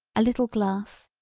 a little glass,